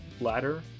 ladder